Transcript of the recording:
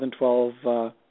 2012